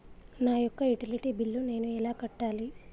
నా యొక్క utility bill నేను ఎలా కట్టాలి?